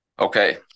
Okay